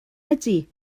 ydy